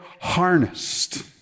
harnessed